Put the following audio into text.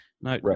no